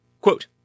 quote